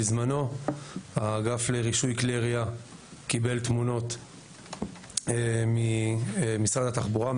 בזמנו האגף לרישוי כלי ירייה קיבל תמונות ממשרד התחבורה,